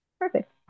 Perfect